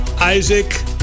Isaac